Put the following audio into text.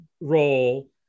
role